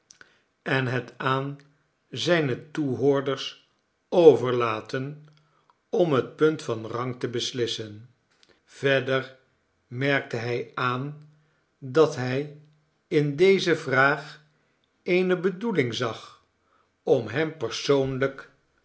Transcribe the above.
en het aan zijne toehoorders overlaten om het punt van rang te beslissen verder merkte hij aan dat hij in deze vraag eene bedoeling zag om hem persoonlijk